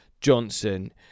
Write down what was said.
Johnson